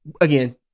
again